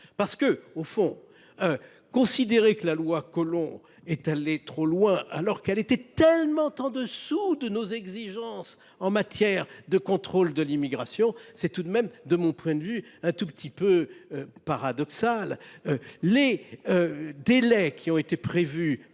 amendements. Considérer que la loi Collomb est allée trop loin alors qu’elle était tellement en dessous de nos exigences en matière de contrôle de l’immigration, c’est tout de même, de mon point de vue, un peu paradoxal ! Les délais prévus